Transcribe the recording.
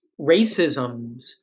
racisms